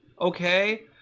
okay